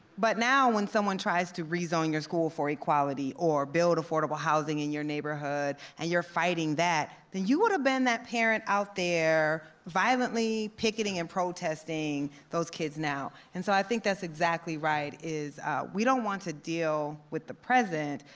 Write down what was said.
but now, when someone tries to rezone your school for equality or build affordable housing in your neighborhood, and you're fighting that, then you would have been that parent out there violently picketing and protesting those kids now. and so i think that's exactly right, is we don't want to deal with the present.